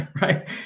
Right